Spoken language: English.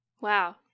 Wow